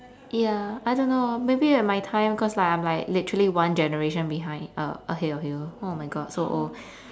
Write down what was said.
ya I don't know maybe in my time cause like I'm literally one generation behind uh ahead of you oh my god so old